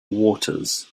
waters